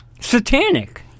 satanic